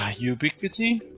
ah ubiquiti,